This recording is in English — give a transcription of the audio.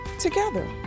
together